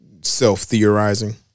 self-theorizing